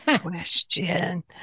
question